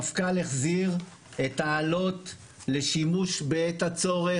המפכ"ל החזיר את האלות לשימוש בעת הצורך.